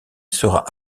sera